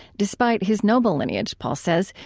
despite his noble lineage, paul says,